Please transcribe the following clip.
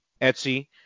etsy